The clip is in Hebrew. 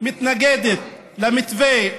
שמתנגדת למתווה,